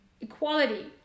Equality